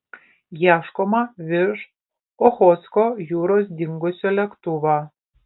ieškoma virš ochotsko jūros dingusio lėktuvo